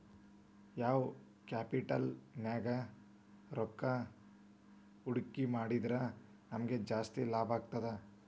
ಯಾವ್ ಕ್ಯಾಪಿಟಲ್ ನ್ಯಾಗ್ ರೊಕ್ಕಾ ಹೂಡ್ಕಿ ಮಾಡಿದ್ರ ನಮಗ್ ಜಾಸ್ತಿ ಲಾಭಾಗ್ತದ?